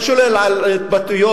שולל על התבטאויות,